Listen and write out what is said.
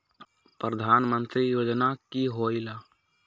प्रधान मंत्री योजना कि होईला?